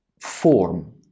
form